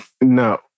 No